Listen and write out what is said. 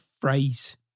phrase